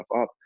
up